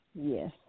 Yes